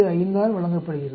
5 ஆல் வழங்கப்படுகிறது